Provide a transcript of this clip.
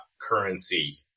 currency